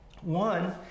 One